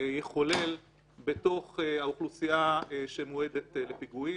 יחולל בתוך האוכלוסייה שמועדת לפיגועים.